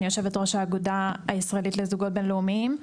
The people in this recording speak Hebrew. אני יו"ר האגודה הישראלית לזוגות בינלאומיים,